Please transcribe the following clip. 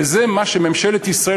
וזה מה שממשלת ישראל,